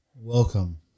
welcome